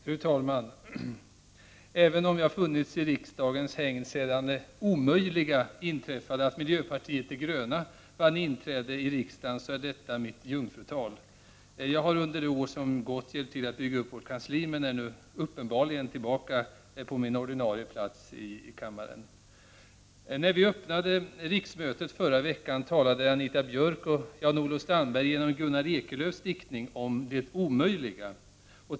Fru talman! Även om jag funnits i riksdagens hägn sedan det omöjliga inträffade — att miljöpartiet de gröna vann inträde i riksdagen — är detta mitt jungfrutal. Jag har under det år som gått hjälp till att bygga upp partiets riksdagskansli men är nu — som synes — tillbaka på min ordinarie plats i kammaren. När riksmötet förra veckan öppnades talade Anita Björk och Jan-Olof Strandberg genom Gunnar Ekelöfs diktning om det omöjliga.